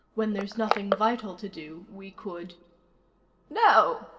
when there's nothing vital to do, we could no,